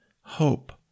Hope